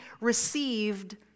received